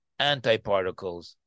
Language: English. antiparticles